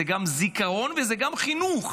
זה גם זיכרון וזה גם חינוך.